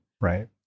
Right